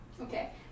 Okay